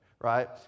right